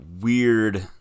weird